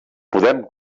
podem